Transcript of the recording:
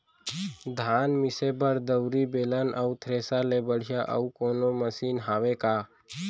धान मिसे बर दउरी, बेलन अऊ थ्रेसर ले बढ़िया अऊ कोनो मशीन हावे का?